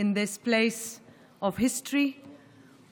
אדוני ראש הממשלה, חברי הכנסת היקרים,)